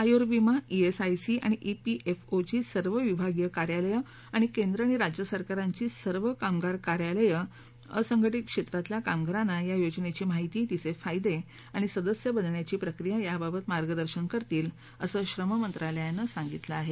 आयुर्विमा ईएसआयसी आणि ईपीएफओची सर्व विभागीय कार्यालयं आणि केंद्र आणि राज्य सरकारांची सर्व कामगार कार्यलयं असंघटित क्षेत्रातल्या कामगारांना या योजनेची माहिती तिचे फायदे आणि सदस्य बनण्याची प्रक्रिया याबाबत मार्गदर्शन करतील असं श्रम मंत्रालयानं सांगितलं आहे